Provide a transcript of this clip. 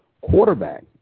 Quarterback